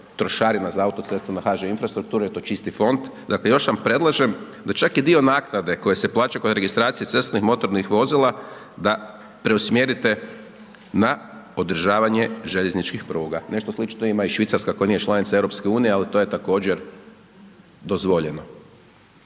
trošarina za autoceste na HŽ infrastrukturu jer je to čisti fond, dakle još vam predlažem da čak i dio naknade koja se plaća kod registracije cestovnih motornih vozila da preusmjerite na održavanje željezničkih pruga. Nešto slično ima i Švicarska koja nije članica EU, ali to je također dozvoljeno.